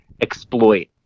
exploit